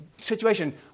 situation